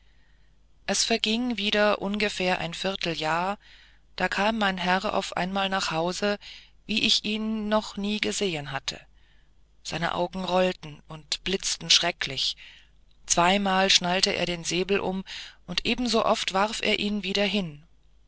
es verging wieder ungefähr ein vierteljahr da kam mein herr auf einmal nach hause wie ich ihn noch nie gesehen hatte seine augen rollten und blitzten schrecklich zweimal schnallte er den säbel um und ebenso oft warf er ihn wieder hin